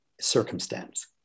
circumstance